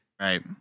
Right